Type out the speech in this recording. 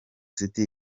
city